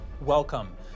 Welcome